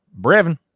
brevin